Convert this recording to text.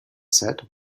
said